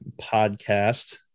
podcast